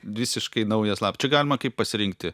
visiškai naujas lapas čia galima kaip pasirinkti